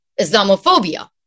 Islamophobia